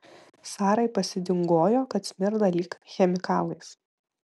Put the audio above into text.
sarai pasidingojo kad smirda lyg chemikalais